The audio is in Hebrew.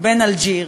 בין אלג'יר